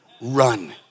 run